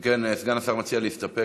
אם כן, סגן השר מציע להסתפק.